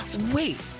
Wait